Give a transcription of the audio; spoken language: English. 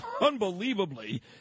unbelievably